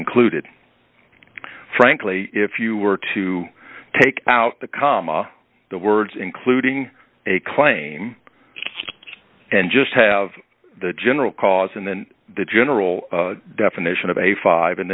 included frankly if you were to take out the comma the words including a claim and just have the general cause and then the general definition of a five and